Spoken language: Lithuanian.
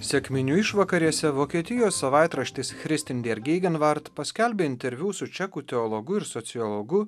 sekminių išvakarėse vokietijos savaitraštis christindiargegenvart paskelbė interviu su čekų teologu ir sociologu